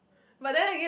but then again